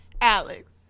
Alex